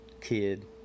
kid